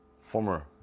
Former